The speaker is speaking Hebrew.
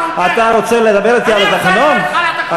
אני רוצה לדבר אתך על התקנון, כן.